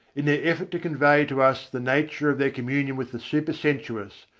in their effort to convey to us the nature of their communion with the supersensuous,